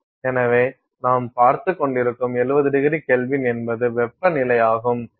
எனவே நாம் பார்த்துக் கொண்டிருக்கும் 70ºK என்பது வெப்பநிலையாகும்